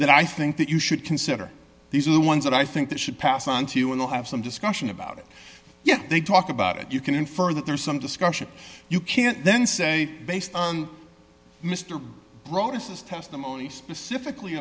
that i think that you should consider these are the ones that i think they should pass on to you will have some discussion about it yet they talk about it you can infer that there's some discussion you can't then say based on mr broaddus testimony specifically